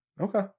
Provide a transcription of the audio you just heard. Okay